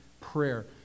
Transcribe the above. prayer